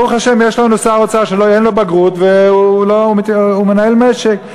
ברוך השם יש לנו שר אוצר שאין לו בגרות והוא מנהל משק.